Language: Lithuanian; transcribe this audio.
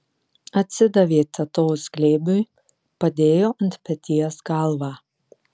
atsidavė tetos glėbiui padėjo ant peties galvą